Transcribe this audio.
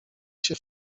się